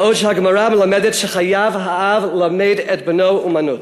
בעוד הגמרא מלמדת ש"חייב האב ללמד את בנו אומנות".